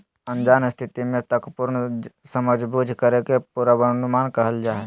अनजान स्थिति में तर्कपूर्ण समझबूझ करे के पूर्वानुमान कहल जा हइ